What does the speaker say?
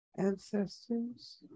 ancestors